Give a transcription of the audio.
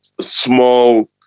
small